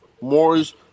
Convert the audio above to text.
Morris